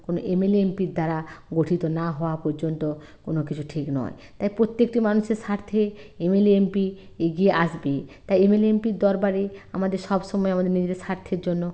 কোনো MLA MP র দ্বারা গঠিত না হওয়া পর্যন্ত কোনো কিছু ঠিক নয় তাই প্রত্যেকটি মানুষের স্বার্থে এমএলএ এমপি এগিয়ে আসবে তাই এমএলএ এমপি র দরবারে আমাদের সব সময় আমাদের নিজেেদের স্বার্থের জন্য